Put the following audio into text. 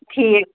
ٹھیٖک